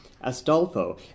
Astolfo